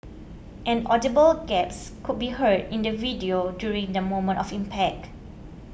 an audible gasp could be heard in the video during the moment of impact